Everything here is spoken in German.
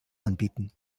anbieten